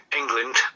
england